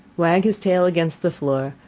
wag his tail against the floor,